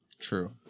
True